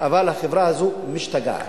אף אחד לא שם לב, אבל החברה הזו משתגעת.